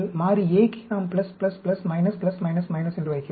மாறி A க்கு நாம் என்று வைக்கிறோம்